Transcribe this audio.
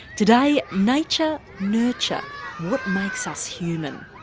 today, nature, nurture what makes us human?